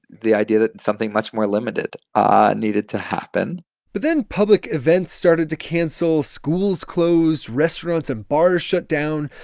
the idea that something much more limited ah needed to happen but then public events started to cancel, schools closed, restaurants and bars shut down.